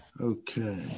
Okay